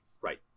right